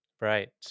Right